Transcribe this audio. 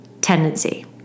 tendency